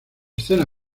escena